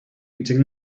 eating